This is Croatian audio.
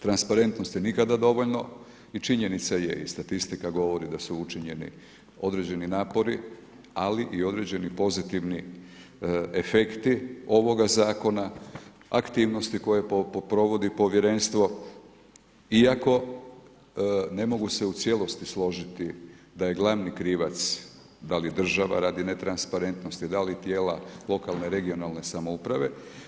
Transparentnosti nikada dovoljno i činjenica je i statistika govori da su učinjeni određeni napori, ali i određeni pozitivni efekti ovoga zakona, aktivnosti koje provodi povjerenstvo iako, ne mogu se u cijelosti složiti da li je glavni krivac, da li država, radi netransparentnosti, da li tijela lokalna i regionalne samouprave.